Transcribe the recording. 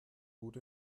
gut